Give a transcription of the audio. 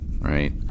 right